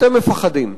אתם מפחדים.